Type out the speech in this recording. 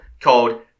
called